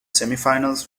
semifinals